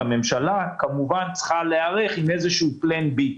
הממשלה כמובן צריכה להיערך עם איזו תוכנית ב'.